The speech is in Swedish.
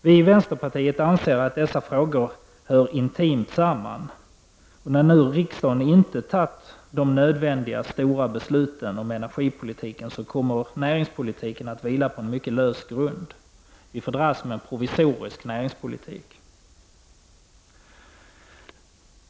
Vi i vänsterpartiet anser att dessa frågor hör intimt samman, och när riksdagen inte fattat de nödvändiga stora besluten om energipolitiken kommer näringspolitiken att vila på en mycket lös grund. Vi får dras med en provisorisk näringspolitik.